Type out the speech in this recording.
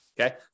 okay